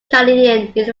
canadian